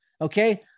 okay